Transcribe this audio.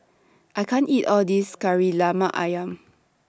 I can't eat All This Kari Lemak Ayam